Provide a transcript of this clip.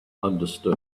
understood